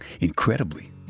Incredibly